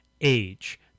age